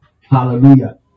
Hallelujah